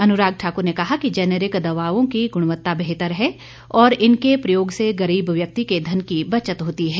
अनुराग ठाकुर ने कहा कि जेनरिक दवाओं की गुणवत्ता बेहतर है और इनके प्रयोग से गरीब व्यक्ति के धन की बचत होती है